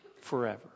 forever